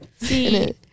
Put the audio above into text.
See